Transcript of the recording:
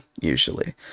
usually